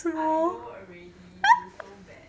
I know already you so bad